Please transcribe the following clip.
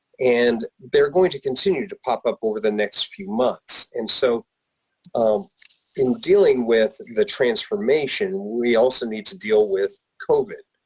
and they're going to continue to pop up over the next few months. and so um in dealing with the transformation, we also need to deal with covid,